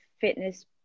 fitness